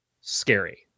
scary